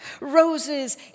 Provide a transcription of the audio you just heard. Roses